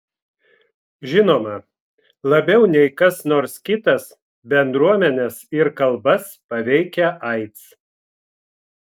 žinoma labiau nei kas nors kitas bendruomenes ir kalbas paveikia aids